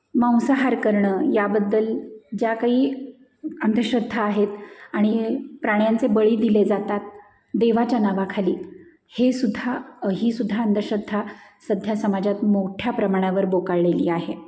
मांसाहार करणं याबद्दल ज्या काही अंधश्रद्धा आहेत आणि प्राण्यांचे बळी दिले जातात देवाच्या नावाखाली हेसुद्धा हीसुद्धा अंधश्रद्धा सध्या समाजात मोठ्या प्रमाणावर बोकाळलेली आहे